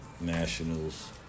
Nationals